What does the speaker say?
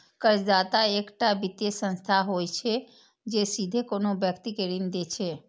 कर्जदाता एकटा वित्तीय संस्था होइ छै, जे सीधे कोनो व्यक्ति कें ऋण दै छै